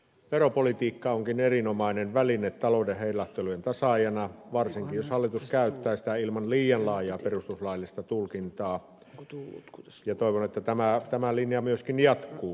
veropolitiikka onkin erinomainen väline talouden heilahtelujen tasaajana varsinkin jos hallitus käyttää sitä ilman liian laajaa perustuslaillista tulkintaa ja toivon että tämä linja myöskin jatkuu